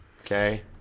Okay